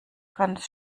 ganz